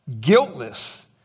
Guiltless